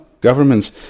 Governments